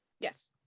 Yes